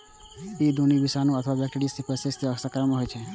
ई दुनू विषाणु अथवा बैक्टेरिया सं पसरै छै आ संक्रामक होइ छै